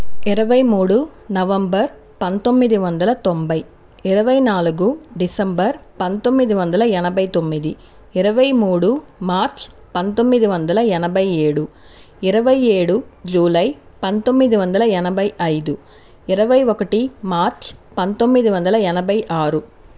ఇరవై మూడు నవంబరు పంతొమ్మిది వందల తొంభై ఇరవై నాలుగు డిసెంబరు పంతొమ్మిది వందల ఎనభై తొమ్మిది ఇరవై మూడు మార్చి పంతొమ్మిది వందల ఎనభై ఏడు ఇరవై ఏడు జూలై పంతొమ్మిది వందల ఎనభై ఐదు ఇరవై ఒకటి మార్చి పంతొమ్మిది వందల ఎనభై ఆరు